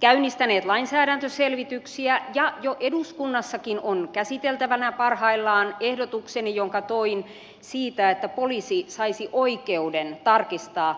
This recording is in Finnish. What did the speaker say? käynnistäneet lainsäädäntöselvityksiä ja jo eduskunnassakin on käsiteltävänä parhaillaan ehdotukseni jonka toin siitä että poliisi saisi oikeuden tarkistaa